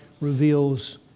Reveals